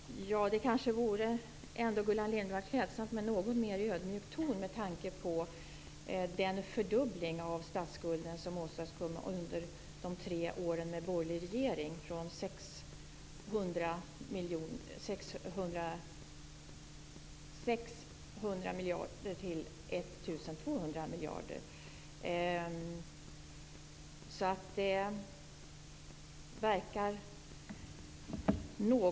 Herr talman! Det kanske vore klädsamt med en något mer ödmjuk ton, Gullan Lindblad, med tanke på den fördubbling av statsskulden som åstadkoms under de tre åren med borgerlig regering, från 600 miljarder till 1 200 miljarder.